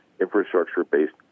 infrastructure-based